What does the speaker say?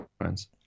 friends